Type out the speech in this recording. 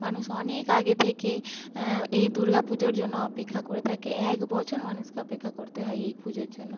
মানুষ অনেক আগে থেকে এই দুর্গা পুজোর জন্য অপেক্ষা করে থাকে এক বছর মানুষকে অপেক্ষা করতে হয় এই পুজোর জন্য